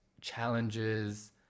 challenges